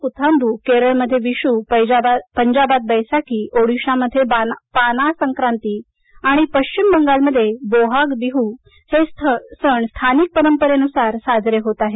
पूथांदू केरळमध्ये विशू पंजाबात वैसाखीओडिशामध्ये पाना संक्रांती आणि पश्चिम बगालमध्ये बोहाग बिहू हे सण स्थानिक परंपरेनुसार साजरे होत आहेत